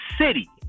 city